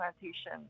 plantation